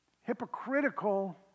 hypocritical